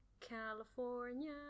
california